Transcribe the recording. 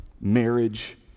marriage